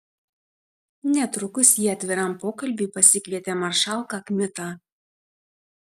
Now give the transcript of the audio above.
netrukus ji atviram pokalbiui pasikvietė maršalką kmitą